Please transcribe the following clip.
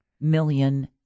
million